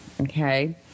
okay